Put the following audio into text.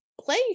play